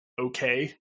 okay